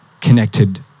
connected